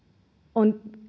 on